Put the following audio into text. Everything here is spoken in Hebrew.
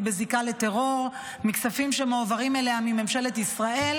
בזיקה לטרור מכספים שמועברים אליה מממשלת ישראל.